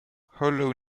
hollow